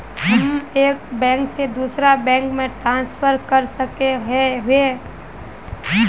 हम एक बैंक से दूसरा बैंक में ट्रांसफर कर सके हिये?